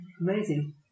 amazing